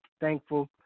Thankful